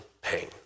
pain